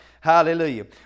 Hallelujah